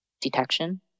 detection